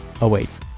awaits